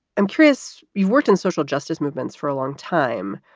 i'm curious, you've worked in social justice movements for a long time.